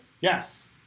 Yes